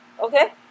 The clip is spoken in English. okay